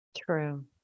True